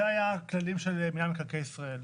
אלה היו הכללים של מנהל מקרקעי ישראל.